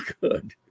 good